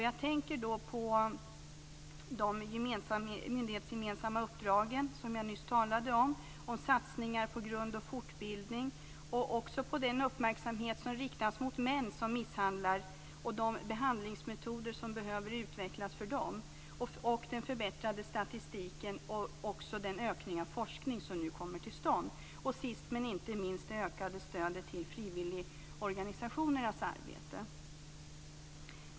Jag tänker då på de myndighetsgemensamma uppdrag som jag nyss talat om, satsningar på grund och fortbildning, den uppmärksamhet som riktas mot män som misshandlar och de behandlingsmetoder som behöver utvecklas för dem, den förbättrade statistiken och den ökning av forskningen som nu kommer till stånd samt, sist men inte minst, det ökade stödet till frivilligorganisationernas arbete.